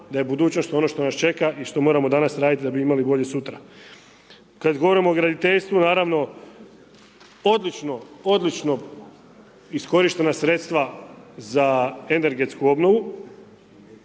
da je budućnost ono što nas čeka i što moramo danas radit da bi imali bolje sutra. Kad govorimo o graditeljstvu naravno odlično, odlično iskorištena sredstva za energetsku obnovu